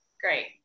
Great